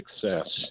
success